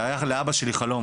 והיה לאבא שלי חלום